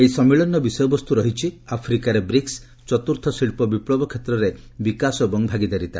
ଏହି ସମ୍ମିଳନୀର ବିଷୟବସ୍ତୁ ରହିଛି ଆଫ୍ରିକାରେ ବ୍ରିକ୍ସ ଚତୁର୍ଥ ଶିଳ୍ପ ବିପ୍ଳବ କ୍ଷେତ୍ରରେ ବିକାଶ ଏବଂ ଭାଗିଦାରୀତା